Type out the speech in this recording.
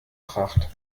pracht